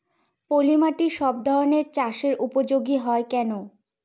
পলিমাটি সব ধরনের চাষের উপযোগী হয় কেন?